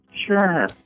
Sure